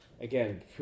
again